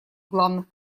главных